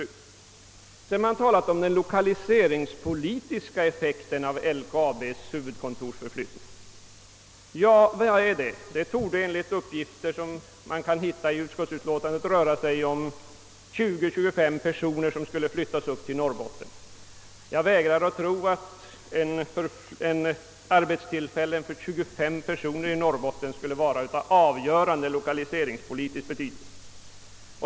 Man har sedan talat om den lokaliseringspolitiska effekten av LKAB-huvudkontorets förflyttning. Ja, vad betyder den? Det torde enligt uppgifter som man kan hitta i utskottsutlåtandet röra sig om 20—25 personer som skall flyttas upp till Norrbotten. Jag vägrar att tro att arbetstillfällen för 25 personer i Norrbotten skulle vara av avgörande lokaliseringspolitisk betydelse.